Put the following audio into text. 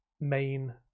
main